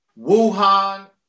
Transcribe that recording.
Wuhan